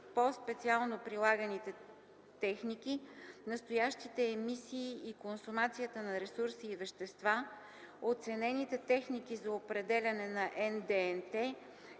по-специално прилаганите техники, настоящите емисии и консумацията на ресурси и вещества, оценените техники за определяне на НДНТ,